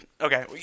Okay